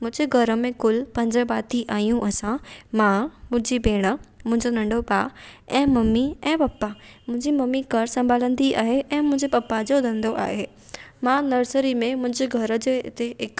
मुंहिंजे घर में कुलु पंज भांती आहियूं असां मां मुंहिंजी भेण मुंहिंजो नंढो भा ऐं ममी ऐं पपा मुंहिंजी ममी घरु संभालंदी आहे ऐं मुंहिंजे पपा जो धंधो आहे मां नर्सरी में मुंहिंजे घर जे हिते हिकु